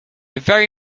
very